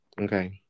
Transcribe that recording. Okay